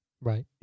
Right